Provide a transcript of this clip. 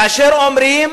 כאשר אומרים: